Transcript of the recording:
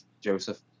Joseph